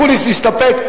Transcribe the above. אקוניס מסתפק?